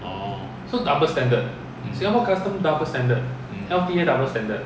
orh mm mm